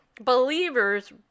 believers